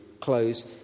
close